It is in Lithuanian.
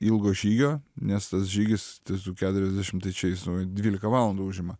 ilgo žygio nes tas žygis su keturiasdešim tai čia jis oi dvylika valandų užima